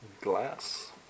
Glass